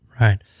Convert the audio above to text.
Right